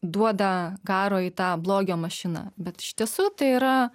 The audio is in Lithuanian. duoda garo į tą blogio mašiną bet iš tiesų tai yra